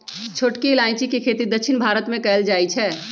छोटकी इलाइजी के खेती दक्षिण भारत मे कएल जाए छै